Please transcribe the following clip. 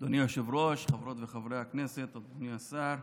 אדוני היושב-ראש, חברות וחברי הכנסת, אדוני השר,